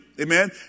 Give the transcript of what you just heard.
Amen